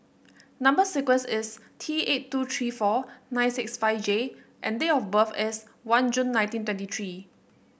number sequence is T eight two three four nine six five J and date of birth is one June nineteen twenty three